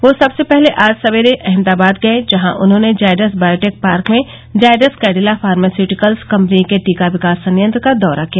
वह सबसे पहले आज सवेरे अहमदाबाद गये जहां उन्होंने जायडस बायोटेक पार्क में जायडस कैडिला फार्मास्प्रिटिकल्स कम्पनी के टीका विकास संयंत्र का दौरा किया